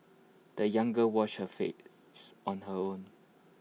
the young girl washed her face on her own